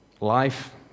life